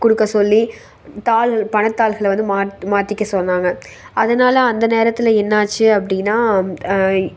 கொடுக்க சொல்லி தாள் பணத்தாள்களை வந்து மா மாத்திக்க சொன்னாங்க அதனால அந்த நேரத்தில் என்னாச்சு அப்படினா